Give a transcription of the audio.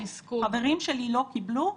חברים שלי לא קיבלו,